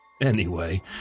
Anyway